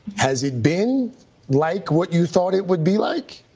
has it been like what you thought it would be like?